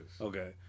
Okay